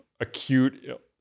acute